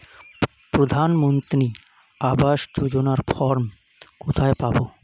প্রধান মন্ত্রী আবাস যোজনার ফর্ম কোথায় পাব?